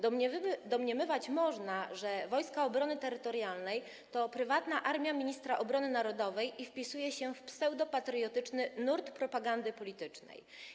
Domniemywać można, że Wojska Obrony Terytorialnej to prywatna armia ministra obrony narodowej i że wpisuje się ona w pseudopatriotyczny nurt propagandy politycznej.